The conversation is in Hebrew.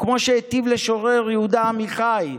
וכמו שהיטב לשורר יהודה עמיחי: